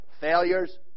failures